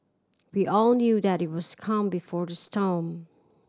we all knew that it was calm before the storm